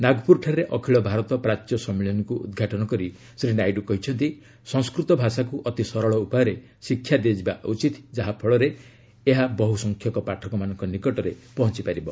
ନାଗପୁରଠାରେ ଅଖିଳ ଭାରତ ପ୍ରାଚ୍ୟ ସମ୍ମିଳନୀକୁ ଉଦ୍ଘାଟନ କରି ଶ୍ରୀ ନାଇଡୁ କହିଛନ୍ତି ସଂସ୍କୃତ ଭାଷାକୁ ଅତି ସରଳ ଉପାୟରେ ଶିକ୍ଷା ଦିଆଯିବା ଉଚିତ୍ ଯାହାଫଳରେ ଏହା ବହୁ ସଂଖ୍ୟକ ପାଠକମାନଙ୍କ ନିକଟରେ ପହଞ୍ଚି ପାରିବ